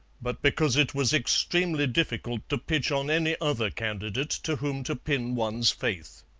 but because it was extremely difficult to pitch on any other candidate to whom to pin ones faith.